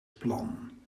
plan